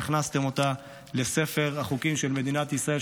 והכנסתם אותה לספר החוקים של מדינת ישראל.